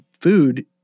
food